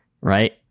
right